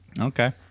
Okay